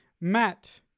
Matt